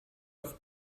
auf